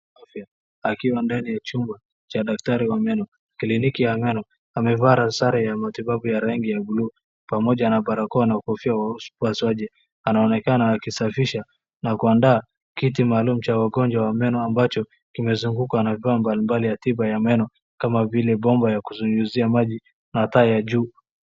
Akiwa ndani ya chumba cha daktari wa meno, kliniki ya angana, amevaa sare ya matibabu ya rangi ya buluu pamoja na barakoa na kofia ya upasuaji. Anaonekana akisafisha na kuandaa kiti maalum cha wagonjwa wa meno ambacho kimezungukwa na nguo mbalimbali ya tiba ya meno, kama vile bomba ya kunyunyizia maji na taa ya juu.